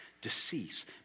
decease